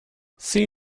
see